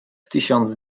tysiąc